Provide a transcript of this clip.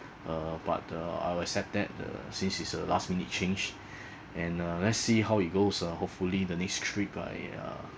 uh but uh I'll accept that uh since is a last minute change and uh let's see how it goes uh hopefully the next trip I uh